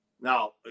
Now